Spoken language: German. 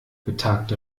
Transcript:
betagte